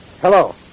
Hello